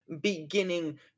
beginning